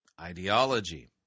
ideology